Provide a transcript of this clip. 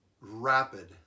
rapid